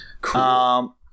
Cool